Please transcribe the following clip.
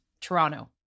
Toronto